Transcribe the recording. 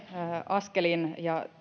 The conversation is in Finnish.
askelin ja